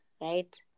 right